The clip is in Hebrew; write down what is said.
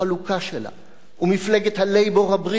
ומפלגת ה"לייבור" הבריטית אימצה את התוכנית.